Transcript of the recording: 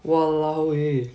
!walao! eh